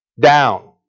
down